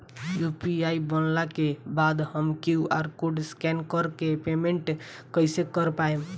UPI बनला के बाद हम क्यू.आर कोड स्कैन कर के पेमेंट कइसे कर पाएम?